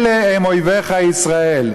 אלה הם אויביך ישראל.